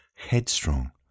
headstrong